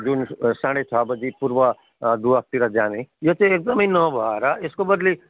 जुन साँढे छ बजी पूर्व डुवर्सतिर जाने यो चाहिँ एकदमै नभएर यसको बद्ली